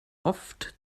oft